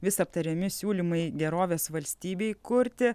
vis aptariami siūlymai gerovės valstybei kurti